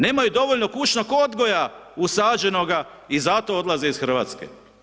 Nemaju dovoljno kućnog odgoja usađenog i zato odlaze iz Hrvatske.